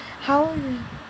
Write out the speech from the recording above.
好远